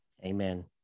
Amen